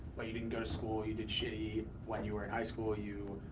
but you didn't go to school. you did shitty when you were in high school, you,